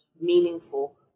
meaningful